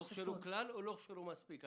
לא הוכשרו כלל או לא הוכשרו מספיק?